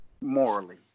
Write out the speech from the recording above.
morally